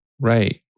Right